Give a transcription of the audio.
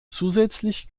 zusätzlich